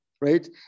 Right